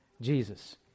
Jesus